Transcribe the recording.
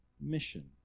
mission